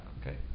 okay